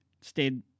stayed